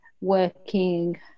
working